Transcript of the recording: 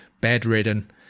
bedridden